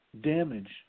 damage